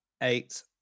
eight